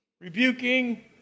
rebuking